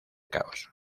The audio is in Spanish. caos